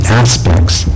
aspects